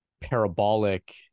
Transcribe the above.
parabolic